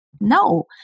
No